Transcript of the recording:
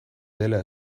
dela